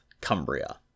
Cumbria